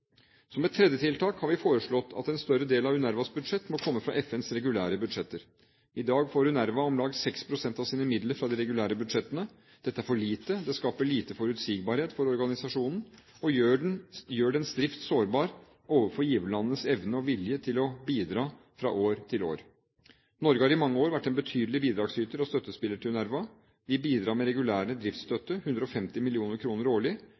Som et tredje tiltak har vi foreslått at en større del av UNRWAs budsjett må komme fra FNs regulære budsjetter. I dag får UNRWA om lag 6 pst. av sine midler fra de regulære budsjettene. Dette er for lite, det skaper lite forutsigbarhet for organisasjonen, og gjør dens drift sårbar overfor giverlandenes evne og vilje til å bidra fra år til år. Norge har i mange år vært en betydelig bidragsyter og støttespiller til UNRWA. Vi bidrar med regulær driftsstøtte – 150 mill. kr årlig.